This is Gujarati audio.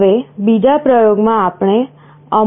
હવે બીજા પ્રયોગમાં આપણે અમુક વસ્તુઓ કરી રહ્યા છીએ